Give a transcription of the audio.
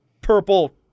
purple